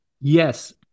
yes